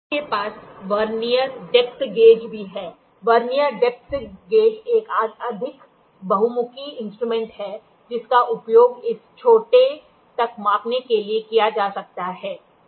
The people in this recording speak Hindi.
आपके पास वर्नियर डेप्थ गेज भी है वर्नियर डेप्थ गेज एक अधिक बहुमुखी इंस्ट्रूमेंट है जिसका उपयोग इस छोटे तक मापने के लिए किया जा सकता है